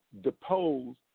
depose